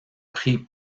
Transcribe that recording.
prie